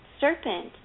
serpent